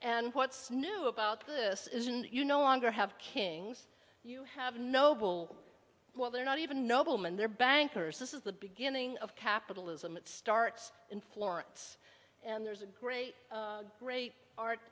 and what's new about this isn't it you no longer have kings you have noble well they're not even noblemen they're bankers this is the beginning of capitalism it starts in florence and there's a great great art